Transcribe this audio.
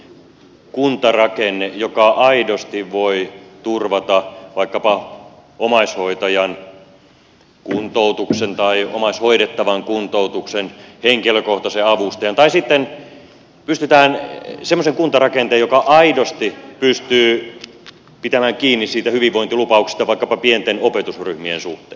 me haluamme tehdä semmoisen kuntarakenteen joka aidosti voi turvata vaikkapa omaishoitajan kuntoutuksen tai omaishoidettavan kuntoutuksen henkilökohtaisen avustajan tai sitten pystyttää semmoisen kuntarakenteen joka aidosti pystyy pitämään kiinni siitä hyvinvointilupauksesta vaikkapa pienten opetusryhmien suhteen